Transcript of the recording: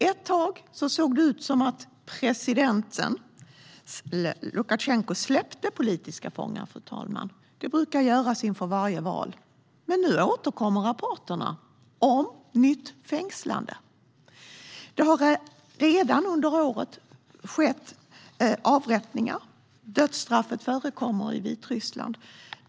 Ett tag såg det ut som att president Lukasjenko släppte politiska fångar, vilket man brukar göra inför varje val, men nu återkommer rapporter om nya fängslanden. Under året har det redan skett avrättningar - dödsstraff förekommer i Vitryssland.